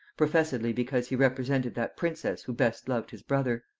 professedly because he represented that princess who best loved his brother.